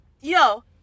Yo